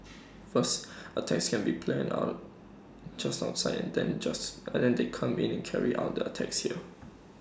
first attacks can be planned on just outside and then just and they come in and carry out the attacks here